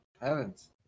heavens